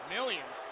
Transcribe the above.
Millions